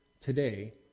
today